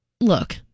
Look